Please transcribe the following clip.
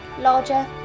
larger